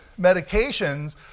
medications